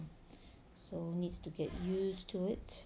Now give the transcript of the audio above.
so needs to get used to it